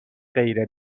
غیر